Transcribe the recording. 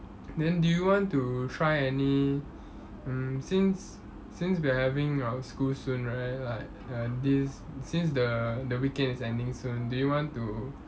then do you want to try any mm since since we're having our school soon right like uh this since the the weekend is ending soon do you want to